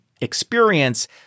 experience